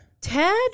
Ted